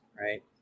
right